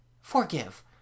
Forgive